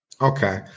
Okay